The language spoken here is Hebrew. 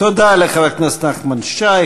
תודה לחבר הכנסת נחמן שי.